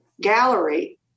gallery